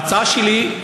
ההצעה שלי,